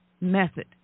method